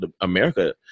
America